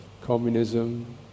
communism